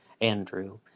Andrew